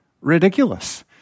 ridiculous